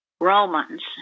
Romans